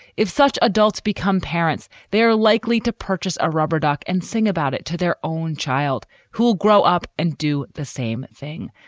if such adults become parents, they're likely to purchase a rubber duck and sing about it to their own child who will grow up and do the same thing.